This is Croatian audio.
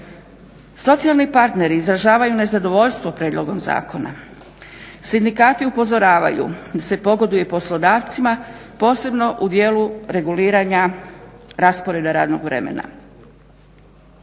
Socijalni parteri izražavaju nezadovoljstvo prijedlogom zakona, sindikati upozoravaju da se pogoduje poslodavcima posebno u djelu reguliranja rasporeda radnog vremena.